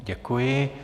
Děkuji.